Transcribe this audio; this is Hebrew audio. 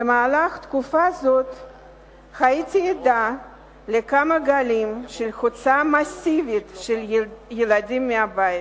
במהלך תקופה זאת הייתי עדה לכמה גלים של הוצאה מסיבית של ילדים מהבית.